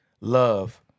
love